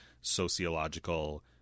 sociological